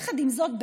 יחד עם זאת,